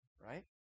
right